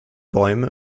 bäume